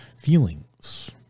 Feelings